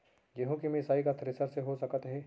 गेहूँ के मिसाई का थ्रेसर से हो सकत हे?